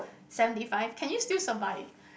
seventy five can you still survive